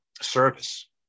service